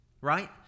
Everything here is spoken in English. right